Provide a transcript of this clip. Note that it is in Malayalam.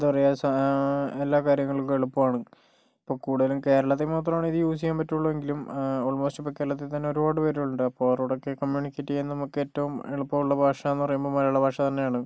എന്താ പറയുക എല്ലാ കാര്യങ്ങൾക്കും എളുപ്പമാണ് ഇപ്പോൾ കൂടുതലും കേരളത്തിൽ മാത്രമാണ് ഇത് യൂസ് ചെയ്യാൻ പറ്റുള്ളുവെങ്കിലും ഓൾമോസ്റ്റ് ഇപ്പോൾ കേരളത്തിൽ തന്നെ ഒരുപാട് പേരുണ്ട് അപ്പോൾ അവരോടൊക്കെ കമ്മ്യൂണിക്കേറ്റ് ചെയ്യാൻ നമുക്കേറ്റവും എളുപ്പമുള്ള ഭാഷ എന്ന് പറയുമ്പോൾ മലയാളഭാഷ തന്നെയാണ്